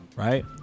Right